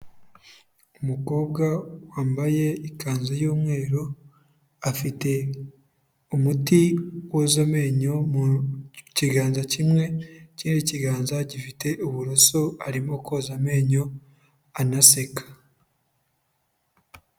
Umukobwa wambaye ikanzu y'umweru, afite umuti woza amenyo mu kiganza kimwe, ikindi kiganza gifite uburoso arimo koza amenyo anaseka.